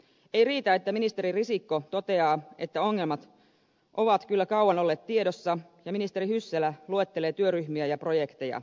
ei riitä että ministeri risikko toteaa että ongelmat ovat kyllä kauan olleet tiedossa ja ministeri hyssälä luettelee työryhmiä ja projekteja